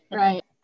right